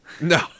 No